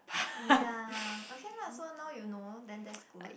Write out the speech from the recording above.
ya okay lah so now you know then that's good